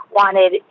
wanted